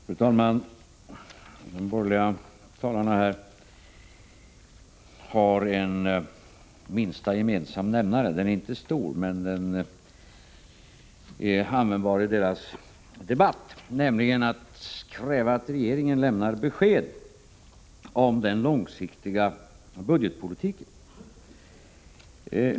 Fru talman! De borgerliga talarna har en minsta gemensam nämnare — den är inte stor, men den är användbar i dagens debatt — nämligen att kräva att regeringen lämnar besked om den långsiktiga budgetpolitiken.